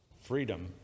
freedom